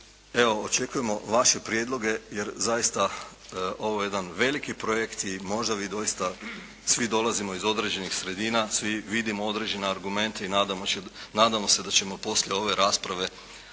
Evo, očekujemo vaše prijedloge, jer zaista, ovo je jedan veliki projekt i možda bi doista, svi dolazimo iz određenih sredina, svi vidimo određenje argumente i nadamo se da ćemo poslije ove rasprave